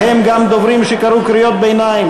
בהם גם דוברים שקראו קריאות ביניים,